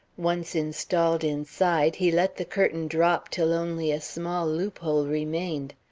once installed inside, he let the curtain drop till only a small loophole remained.